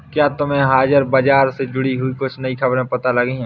क्या तुम्हें हाजिर बाजार से जुड़ी कुछ नई खबरें पता लगी हैं?